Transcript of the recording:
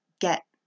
get